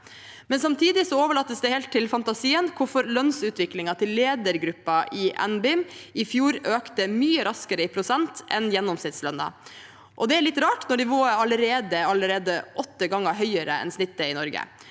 Samtidig overlates det helt til fantasien hvorfor lønnsutviklingen til ledergruppen i NBIM i fjor økte mye raskere i prosent enn gjennomsnittslønnen. Det er litt rart når nivået allerede er åtte ganger høyere enn snittet i Norge.